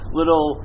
little